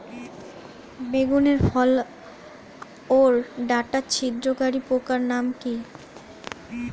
বেগুনের ফল ওর ডাটা ছিদ্রকারী পোকার নাম কি?